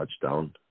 touchdown